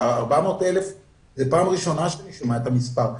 400,000 זאת פעם ראשונה שאני שומע את המספר.